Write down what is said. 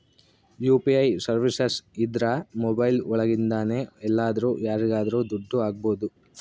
UPI services ಇದ್ರ mobile ಒಳಗಿಂದನೆ ಎಲ್ಲಾದ್ರೂ ಯಾರಿಗಾದ್ರೂ ದುಡ್ಡು ಹಕ್ಬೋದು